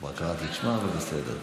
כבר קראתי את שמה, אבל בסדר,